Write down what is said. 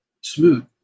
smooth